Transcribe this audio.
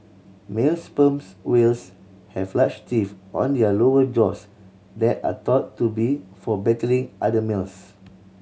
male sperms whales have large teeth on their lower jaws that are thought to be for battling other males